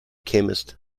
chemist